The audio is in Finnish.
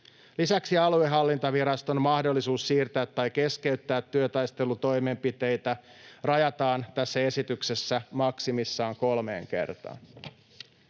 Lisäksi aluehallintoviraston mahdollisuus siirtää tai keskeyttää työtaistelutoimenpiteitä rajataan tässä esityksessä maksimissaan kolmeen kertaan.